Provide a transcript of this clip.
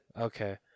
Okay